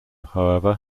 however